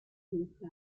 mensaje